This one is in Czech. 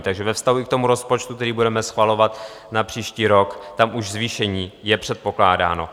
Takže ve vztahu i k tomu rozpočtu, který budeme schvalovat na příští rok, tam už zvýšení je předpokládáno.